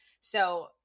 So-